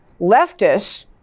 leftists